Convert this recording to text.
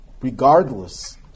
regardless